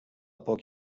poc